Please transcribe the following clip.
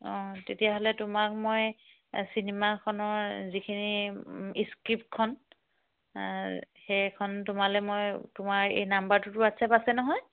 অঁ তেতিয়াহ'লে তোমাক মই চিনেমাখনৰ যিখিনি স্ক্ৰিপ্টখন সেইখন তোমালৈ মই তোমাৰ এই নাম্বাৰটোততো হোৱাটছএপ আছে নহয়